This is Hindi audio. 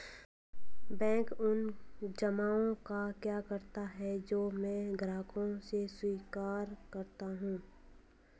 बैंक उन जमाव का क्या करता है जो मैं ग्राहकों से स्वीकार करता हूँ?